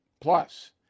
Plus